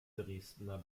dresdner